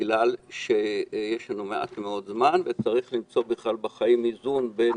בגלל שיש לנו מעט מאוד זמן וצריך למצוא איזון בין